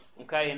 Okay